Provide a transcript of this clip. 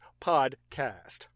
Podcast